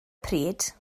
pryd